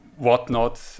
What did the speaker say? Whatnot